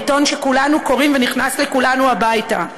העיתון שכולנו קוראים ונכנס לכולנו הביתה.